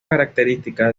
característica